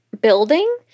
building